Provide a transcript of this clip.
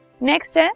Next